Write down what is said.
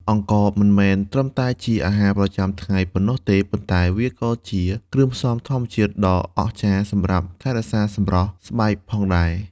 អង្ករមិនមែនត្រឹមតែជាអាហារប្រចាំថ្ងៃប៉ុណ្ណោះទេ ប៉ុន្តែវាក៏ជាគ្រឿងផ្សំធម្មជាតិដ៏អស្ចារ្យសម្រាប់ថែរក្សាសម្រស់ស្បែកផងដែរ។